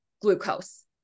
glucose